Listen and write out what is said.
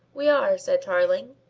we are, said tarling.